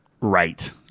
right